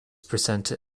presented